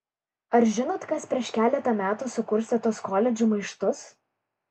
ar žinot kas prieš keletą metų sukurstė tuos koledžų maištus